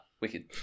wicked